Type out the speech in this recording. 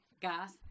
gas